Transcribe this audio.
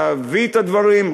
להביא את הדברים,